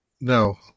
No